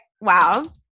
wow